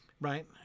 Right